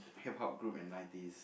Hip Hop group in nineties